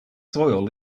soil